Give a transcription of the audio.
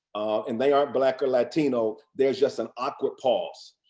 and they aren't black or latino there's just an awkward pause.